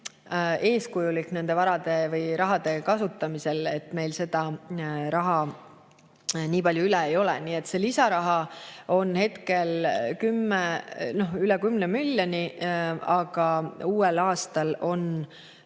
eeskujulik nende varade või rahade kasutamisel, nii et meil seda raha nii palju üle ei ole. Lisaraha on hetkel üle 10 miljoni. Aga uuel aastal on